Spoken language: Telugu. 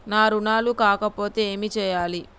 నా రుణాలు కాకపోతే ఏమి చేయాలి?